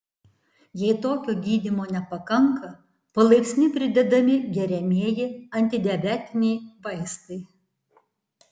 jei tokio gydymo nepakanka palaipsniui pridedami geriamieji antidiabetiniai vaistai